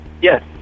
Yes